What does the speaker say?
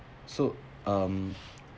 so um